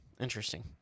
Interesting